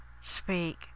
speak